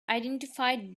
identified